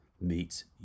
meets